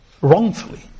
wrongfully